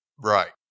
Right